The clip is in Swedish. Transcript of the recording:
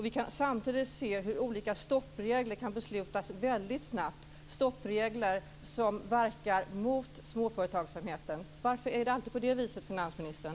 Vi kan samtidigt se hur olika stoppregler kan beslutas väldigt snabbt, stoppregler som verkar mot småföretagsamheten. Varför är det alltid på det viset, finansministern?